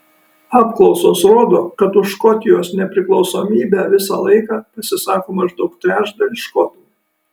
apklausos rodo kad už škotijos nepriklausomybę visą laiką pasisako maždaug trečdalis škotų